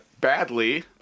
Badly